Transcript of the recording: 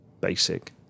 basic